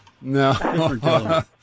No